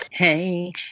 Hey